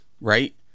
right